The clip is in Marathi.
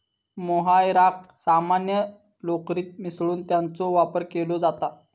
मोहायराक सामान्य लोकरीत मिसळून त्याचो वापर केलो जाता